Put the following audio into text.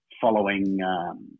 following